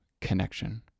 connection